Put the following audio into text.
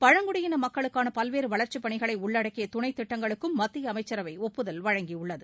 பழங்குடியின மக்களுக்கான பல்வேறு வளர்ச்சிப் பணிகளை உள்ளடக்கிய துணைத் திட்டங்களுக்கும் மத்திய அமைச்சரவை ஒப்புதல் வழங்கியுள்ளது